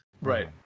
Right